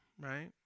right